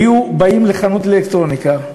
היו באים לחנות לאלקטרוניקה,